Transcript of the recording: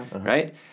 right